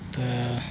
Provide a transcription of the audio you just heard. ಮತ್ತು